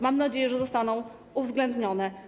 Mam nadzieję, że zostaną uwzględnione.